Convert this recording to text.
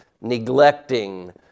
neglecting